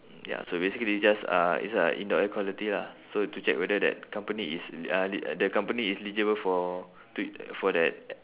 ya so basically it's just uh it's a indoor air quality lah so to check whether that company is uh eli~ the company is eligible for t~ for that